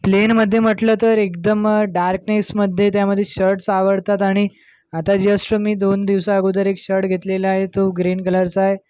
प्लेनमध्ये म्हटलं तर एकदम डार्कनेसमध्ये त्यामध्ये शर्टस् आवडतात आणि आता जस्ट मी दोन दिवसा अगोदर एक शर्ट घेतलेला आहे तो ग्रीन कलरचा आहे